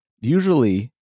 usually